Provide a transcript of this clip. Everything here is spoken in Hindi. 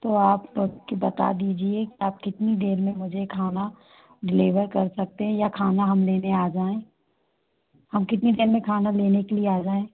तो आप बता दीजिए आप कितनी देर में मुझे खाना डिलेवर कर सकते हैं या खाना हम खाना हम लेने आजाएं हम कितनी देर में खाना लेने के लिए आजाएं